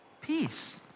peace